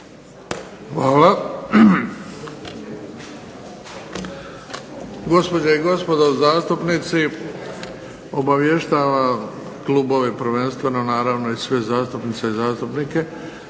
Hvala. Gospođe i gospodo zastupnici, obavještavam klubove prvenstveno, naravno i sve zastupnice i zastupnice